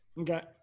okay